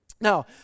now